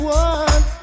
one